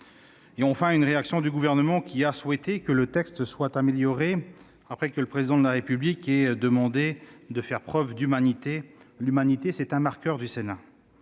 et une réaction du Gouvernement, qui a souhaité que le texte soit amélioré, après que le Président de la République lui a demandé de « faire preuve d'humanité ». L'humanité est un marqueur du Sénat.